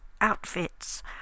outfits